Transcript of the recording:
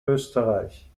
österreich